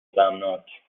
غمناک